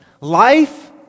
Life